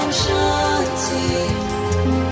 shanti